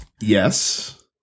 Yes